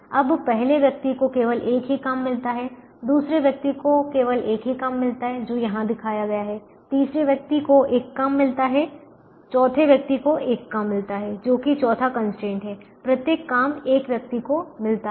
अब पहले व्यक्ति को केवल एक ही काम मिलता है दूसरे व्यक्ति को केवल एक ही काम मिलता है जो यहां दिखाया गया है तीसरे व्यक्ति को एक काम मिलता है चौथे व्यक्ति को एक काम मिलता है जो कि चौथा कंस्ट्रेंट है प्रत्येक काम एक व्यक्ति को मिलता है